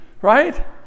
right